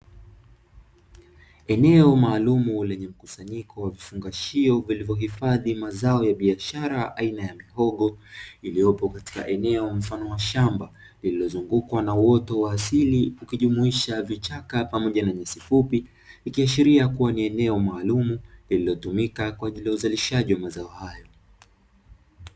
Eneo maalumu lenye mkusanyiko wa vifungashio vilivyohifadhi mazao ya biashara aina ya mihogo iliyopo katika eneo mfano wa shamba lililozungukwa na uoto wa asili ukijumuisha vichaka pamoja na nyasi fupi, ikiashiria kuwa ni eneo maalumu lililotumika kwa ajili ya zao hilo.